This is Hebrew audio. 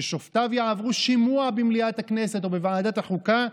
ששופטיו יעברו שימוע במליאת הכנסת או בוועדת החוקה,